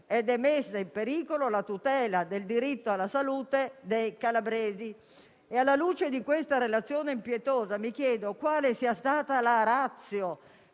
mettendo in pericolo la tutela del diritto alla salute dei calabresi. Alla luce di questa relazione impietosa, mi chiedo quale sia stata la *ratio*